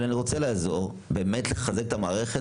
אלא אני רוצה לעזור באמת לחזק את המערכת